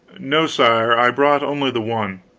no, sire, i brought only the one.